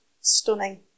stunning